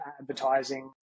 advertising